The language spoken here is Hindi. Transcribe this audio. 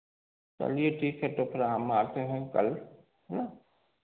चलिए ठीक है तो कल हम आते हैं कल है ना